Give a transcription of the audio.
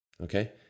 Okay